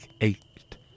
ached